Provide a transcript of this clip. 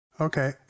okay